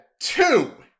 two